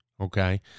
okay